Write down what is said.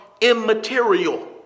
immaterial